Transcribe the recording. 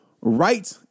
right